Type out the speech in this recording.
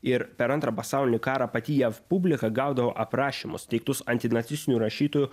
ir per antrą pasaulinį karą pati jav publika gaudavo aprašymus teiktus antinacistinių rašytojų